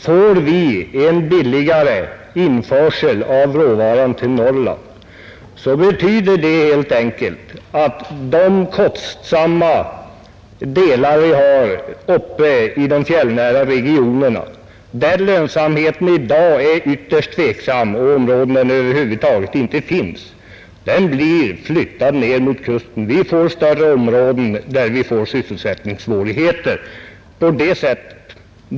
Får vi en billigare införsel av råvaran till Norrland, så betyder det helt enkelt att de kostnadskrävande delar vi har uppe i de fjällnära regionerna, där lönsamheten i dag är ytterst tveksam eller i vissa områden över huvud taget inte finns, blir flyttade ner till kusten. Vi får större områden med sysselsättningssvårigheter på det sättet.